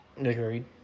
Agreed